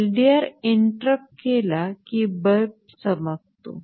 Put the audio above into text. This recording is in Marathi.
LDR इंटरपट केला की बल्ब चमकतो